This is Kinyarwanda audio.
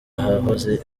ahahoze